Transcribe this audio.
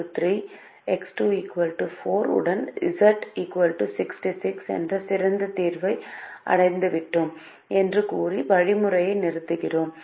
X1 3 X2 4 உடன் Z 66 என்ற சிறந்த தீர்வை அடைந்துவிட்டோம் என்று கூறி வழிமுறையை நிறுத்துகிறோம்